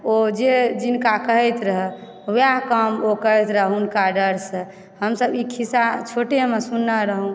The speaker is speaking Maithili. ओ जे जिनका कहैत रहए तऽ ओएह काम ओ करैत रहए हुनका डर से हमसब ई खिस्सा छोटेमे सुनने रहौ